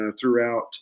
throughout